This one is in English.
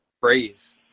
phrase